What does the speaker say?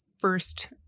first